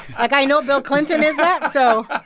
like i know bill clinton is that, so.